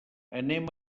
anem